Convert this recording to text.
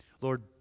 Lord